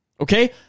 okay